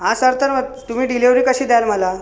आं sir तर मग तुम्ही डिलेवरी कशी द्याल मला